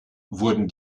wurden